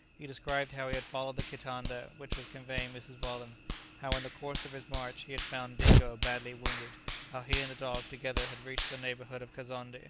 he described how he had followed the kitanda which was conveying mrs. weldon how in the course of his march he had found dingo badly wounded how he and the dog together had reached the neighbourhood of kazonnde,